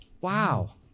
wow